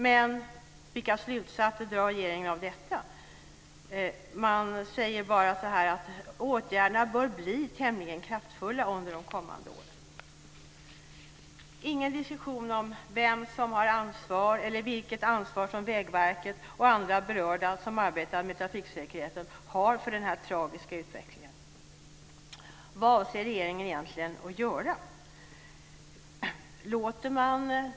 Men vilka slutsatser drar regeringen av detta? Man säger att åtgärderna bör bli tämligen kraftfulla under de kommande åren. Det är ingen diskussion om vem som har ansvaret eller vilket ansvar som Vägverket och andra berörda som arbetar med trafiksäkerheten har för den tragiska utvecklingen.